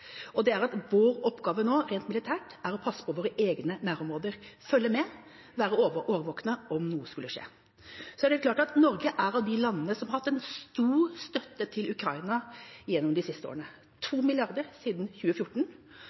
og det er at vår oppgave militært nå er å passe på våre egne nærområder – følge med og være årvåkne om noe skulle skje. Så er det klart at Norge er av de landene som har hatt en stor støtte til Ukraina gjennom de siste årene – 2 mrd. kr siden 2014